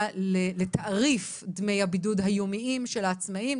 לתעריף דמי הבידוד היומיים של העצמאים.